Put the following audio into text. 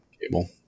cable